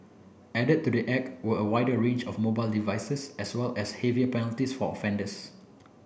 added to the act were a wider range of mobile devices as well as heavier penalties for offenders